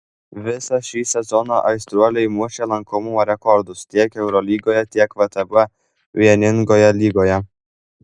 visą šį sezoną aistruoliai mušė lankomumo rekordus tiek eurolygoje tiek vtb vieningoje lygoje